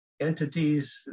entities